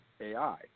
AI